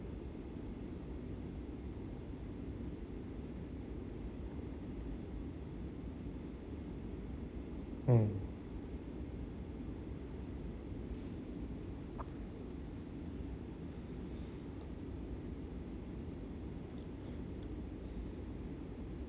mm